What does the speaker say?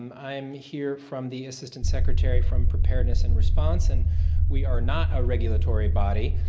um i'm here from the assistant secretary from preparedness and response and we are not a regulatory body,